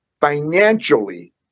financially